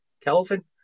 Calvin